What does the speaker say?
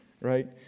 right